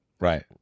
Right